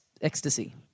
ecstasy